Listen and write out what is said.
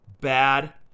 Bad